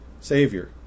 Savior